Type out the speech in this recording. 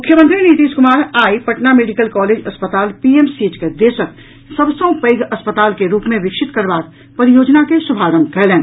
मुख्यमंत्री नीतीश कुमार आई Patna medical college अस्पताल पीएमसीएच के देशक सभ सँ पैघ अस्पताल के रूप मे विकसित करबाक परियोजना के शुभारंभ कयलनि